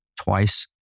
twice